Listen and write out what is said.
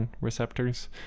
receptors